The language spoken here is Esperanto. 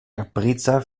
kaprica